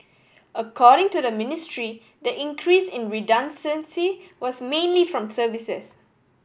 according to the Ministry the increase in redundancy was mainly from services